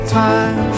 time